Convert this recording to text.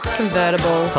convertible